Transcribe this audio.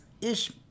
ish